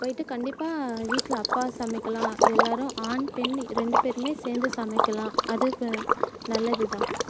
போயிட்டு கண்டிப்பாக வீட்டில் அப்பா சமைக்கலாம் எல்லோரும் ஆண் பெண் ரெண்டு பேருமே சேர்ந்து சமைக்கலாம் அது இப்போ நல்லது தான்